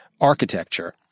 architecture